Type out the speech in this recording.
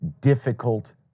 difficult